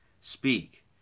speak